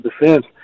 defense